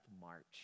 march